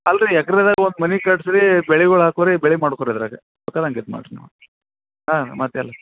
ಅಲ್ಲ ರೀ ಎಕ್ರೆದಾಗ ಒಂದು ಮನೆ ಕಟ್ಸಿ ರೀ ಬೆಳೆಗಳ್ ಹಾಕೋ ರೀ ಬೆಳೆ ಮಾಡ್ಕೋ ರೀ ಅದರಾಗೆ ಬೇಕಾದಂಗೆ ಇದು ಮಾಡ್ರಿ ನೀವು ಹಾಂ ಮತ್ತೆಲ್ಲ